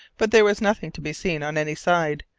but there was nothing to be seen on any side,